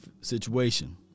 situation